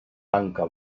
tanca